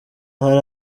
hari